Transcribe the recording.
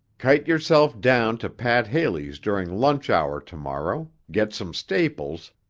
kite yourself down to pat haley's during lunch hour tomorrow, get some staples,